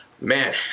man